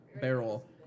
Barrel